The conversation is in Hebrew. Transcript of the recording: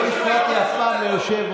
לא הפרעתי אף פעם ליושב-ראש.